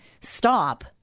stop